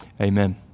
Amen